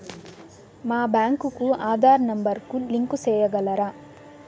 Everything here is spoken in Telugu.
మా బ్యాంకు కు ఆధార్ నెంబర్ కు లింకు సేయగలరా?